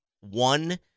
one